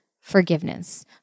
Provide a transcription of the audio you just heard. forgiveness